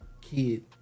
Kid